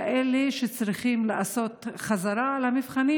כאלה שצריכים לעשות חזרה למבחנים,